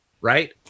right